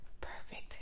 perfect